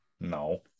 no